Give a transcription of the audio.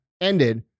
ended